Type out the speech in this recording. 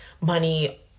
money